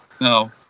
No